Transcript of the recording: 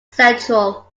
central